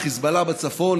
לחיזבאללה בצפון,